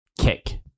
kick